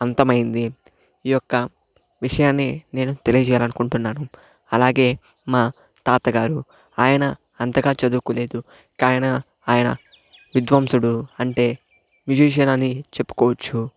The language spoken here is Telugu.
అంతమయ్యింది ఈ యొక్క విషయాన్ని నేను తెలియజేయాలనుకుంటున్నాను అలాగే మా తాతగారు ఆయన అంతగా చదువుకోలేదు ఆయన ఆయన విద్వాంసుడు అంటే మ్యూజిషియన్ అని చెప్పుకోవచ్చు